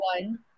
one